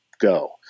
go